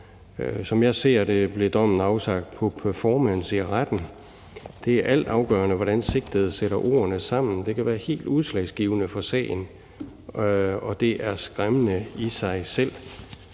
Som jeg ser det, blev dommen afsagt på performance i retten. Det er altafgørende, hvordan sigtede sætter ordene sammen. Det kan være helt udslagsgivende for sagen, og det er skræmmende i sig selv.